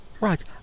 Right